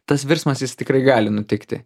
tas virsmas jis tikrai gali nutikti